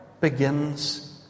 begins